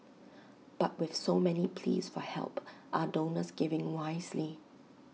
but with so many pleas for help are donors giving wisely